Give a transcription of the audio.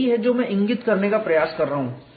यही है जो मैं इंगित करने का प्रयास कर रहा हूं